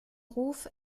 ruf